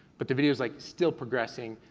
but the video's like still progressing,